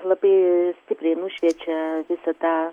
labai stipriai nušviečia visą tą